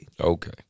Okay